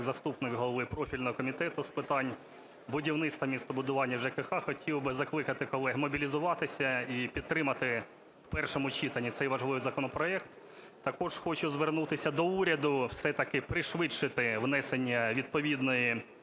заступник голови профільного Комітету з питань будівництва, містобудування, ЖКГ хотів би закликати колег мобілізуватися і підтримати в першому читанні цей важливий законопроект. Також хочу звернутися до уряду все-таки пришвидшити внесення відповідної